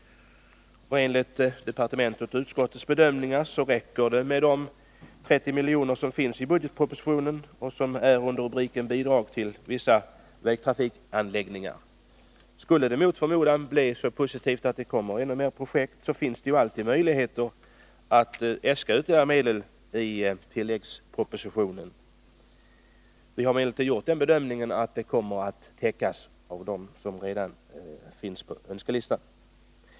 Enligt departementets och utskottets bedömning räcker det med de 30 milj.kr. som föreslås i budgetpropositionen under rubriken Bidrag till vissa vägtrafikanläggningar. Skulle det mot förmodan bli så positivt att det kommer ännu mer projekt finns det ju alltid möjligheter att äska ytterligare medel i tilläggspropositionen. Vi har emellertid gjort den bedömningen att de föreslagna medlen kommer att räcka till de projekt som redan finns på önskelistan.